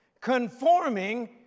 conforming